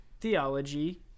theology